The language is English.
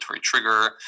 trigger